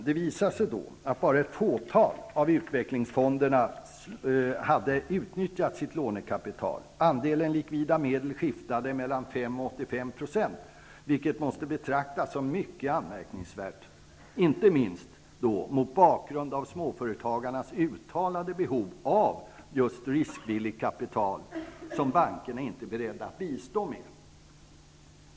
Det visade sig då att man endast i ett fåtal av utvecklingsfonderna hade utnyttjat sitt lånekapital. Andelen likvida medel skiftade mellan 5 och 85 %, vilket måste betraktas som mycket anmärkningsvärt, inte minst mot bakgrund av småföretagens uttalade behov av just riskvilligt kapital, ett slags kapital som bankerna inte är beredda att bistå med.